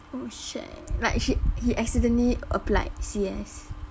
oh shit like he he accidentally applied C_S